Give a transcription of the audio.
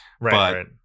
Right